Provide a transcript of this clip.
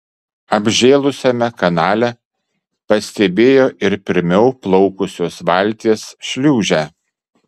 apžėlusiame kanale pastebėjo ir pirmiau plaukusios valties šliūžę